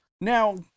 Now